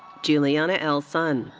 julianna l. sun,